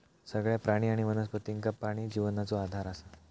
सगळ्या प्राणी आणि वनस्पतींका पाणी जिवनाचो आधार असा